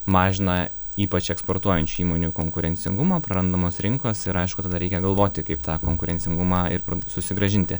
mažina ypač eksportuojančių įmonių konkurencingumą prarandamos rinkos ir aišku tada reikia galvoti kaip tą konkurencingumą ir susigrąžinti